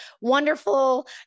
wonderful